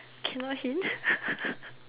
cannot hint